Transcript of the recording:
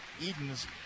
Edens